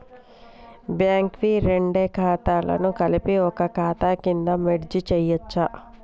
Bank వి రెండు ఖాతాలను కలిపి ఒక ఖాతా కింద మెర్జ్ చేయచ్చా?